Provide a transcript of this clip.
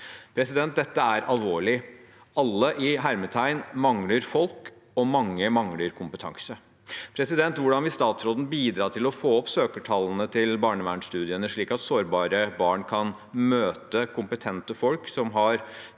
Dette er alvorlig. «Alle» mangler folk, og mange mangler kompetanse. Hvordan vil statsråden bidra til å få opp søkertallene til barnevernsstudiene, slik at sårbare barn kan møte kompetente folk som har